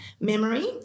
memory